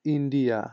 India